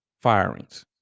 Firings